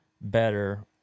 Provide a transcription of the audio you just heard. better